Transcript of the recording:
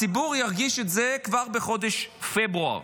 הציבור ירגיש את זה כבר בחודש פברואר.